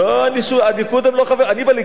לא, אין לי שום, הליכוד הם לא חברים, אני בליכוד?